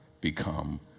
become